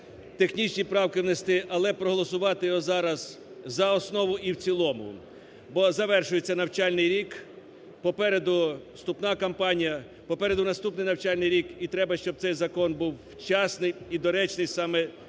технічні правки внести. Але проголосувати його зараз за основу і в цілому. Бо завершується навчальний рік, попереду вступна компанія, попереду наступний навчальний рік і треба, щоб цей закон був вчасним і доречним саме